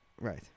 Right